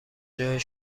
جای